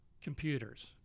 computers